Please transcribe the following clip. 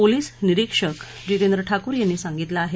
police निरीक्षक जितेंद्र ठाकूर यांनी सांगितलं आहे